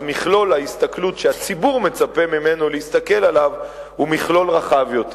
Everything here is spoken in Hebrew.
אז מכלול ההסתכלות שהציבור מצפה ממנו להסתכל עליו הוא מכלול רחב יותר.